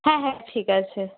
হ্যাঁ হ্যাঁ ঠিক আছে